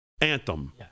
anthem